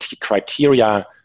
criteria